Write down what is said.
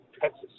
Texas